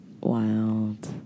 Wild